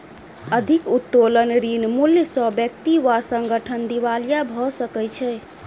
अधिक उत्तोलन ऋण मूल्य सॅ व्यक्ति वा संगठन दिवालिया भ सकै छै